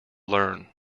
learn